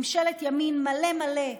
ממשלת ימין מלא מלא.